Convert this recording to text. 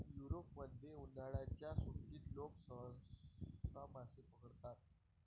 युरोपमध्ये, उन्हाळ्याच्या सुट्टीत लोक सहसा मासे पकडतात